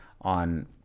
on